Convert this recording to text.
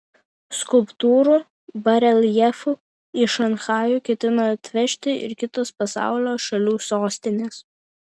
skulptūrų bareljefų į šanchajų ketina atvežti ir kitos pasaulio šalių sostinės